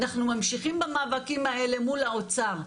אנחנו ממשיכים במאבקים האלה מול האוצר.